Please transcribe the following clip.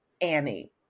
Annie